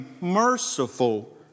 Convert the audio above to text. merciful